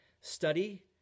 study